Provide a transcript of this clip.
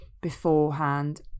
beforehand